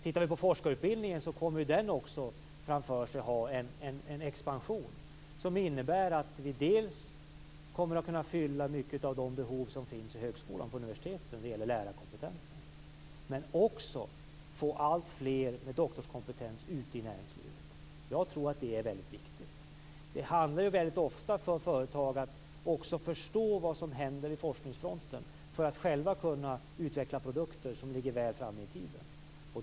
Tittar vi närmare på forskarutbildningen ser vi att den också framför sig kommer att ha en expansion. Det innebär att vi dels kommer att kunna fylla många av de behov som finns i högskolan och på universiteten när det gäller lärarkompetens, dels få alltfler med doktorskompetens ute i näringslivet. Jag tror att det är mycket viktigt. Det handlar väldigt ofta för företag om att också förstå vad som händer på forskningsfronten för att själva kunna utveckla produkter som ligger väl framme i tiden.